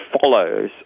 follows